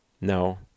No